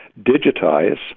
digitize